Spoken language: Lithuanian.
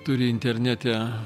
turi internete